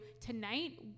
tonight